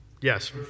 Yes